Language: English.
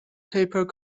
paper